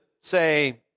say